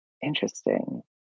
Interesting